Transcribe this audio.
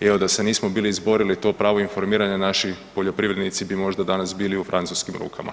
i evo da se nismo bili izborili, to pravo informiranja, naši poljoprivrednici bi možda danas bili u francuskim rukama.